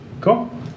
Cool